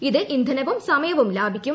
ഇത് ഇന്ധനവും സമയവും ലാഭിക്കും